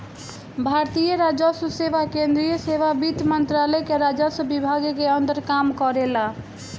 भारतीय राजस्व सेवा केंद्रीय सेवा वित्त मंत्रालय के राजस्व विभाग के अंदर काम करेला